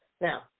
Now